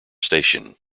station